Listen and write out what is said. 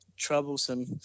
troublesome